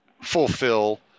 fulfill